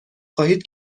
خواهید